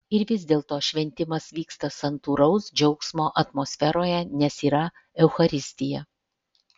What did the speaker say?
ir vis dėlto šventimas vyksta santūraus džiaugsmo atmosferoje nes yra eucharistija